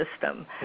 system